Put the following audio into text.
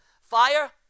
fire